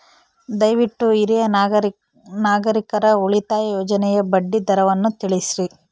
ದಯವಿಟ್ಟು ಹಿರಿಯ ನಾಗರಿಕರ ಉಳಿತಾಯ ಯೋಜನೆಯ ಬಡ್ಡಿ ದರವನ್ನು ತಿಳಿಸ್ರಿ